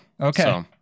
okay